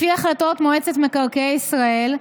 לפי החלטות מועצת מקרקעי ישראל,